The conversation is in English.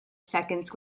seconds